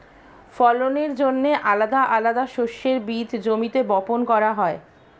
ফলনের জন্যে আলাদা আলাদা শস্যের বীজ জমিতে বপন করা হয়